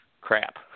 crap